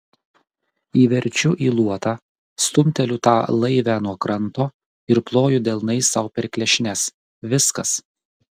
įverčiu į luotą stumteliu tą laivę nuo kranto ir ploju delnais sau per klešnes viskas